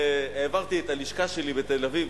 העברתי את הלשכה שלי בתל-אביב,